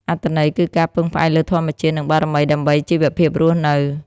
អត្ថន័យគឺការពឹងផ្អែកលើធម្មជាតិ និងបារមីដើម្បីជីវភាពរស់នៅ។